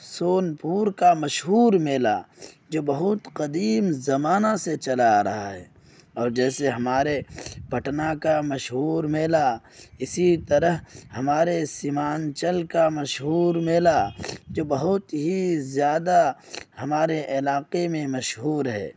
سونپور کا مشہور میلہ جو بہت قدیم زمانہ سے چلا آ رہا ہے اور جیسے ہمارے پٹنہ کا مشہور میلہ اسی طرح ہمارے سیمانچل کا مشہور میلہ جو بہت ہی زیادہ ہمارے علاقے میں مشہور ہے